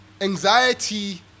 Anxiety